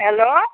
hello